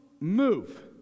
move